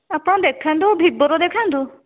ଆପଣ ଦେଖାନ୍ତୁ ଭିବୋର ଦେଖାନ୍ତୁ